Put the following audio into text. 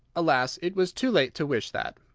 alas! it was too late to wish that!